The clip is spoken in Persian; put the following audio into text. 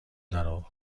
درو